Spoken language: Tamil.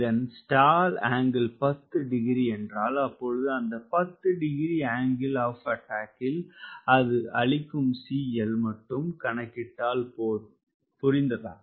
இதன் ஸ்டால் ஆங்கில் 10 டிகிரி என்றால் அப்பொழுது அந்த 10 டிகிரி ஆங்கில் ஆப் அட்டாக்கில் இது அளிக்கும் CL மட்டும் கணக்கிட்டால் போதும் புரிந்ததா